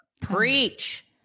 Preach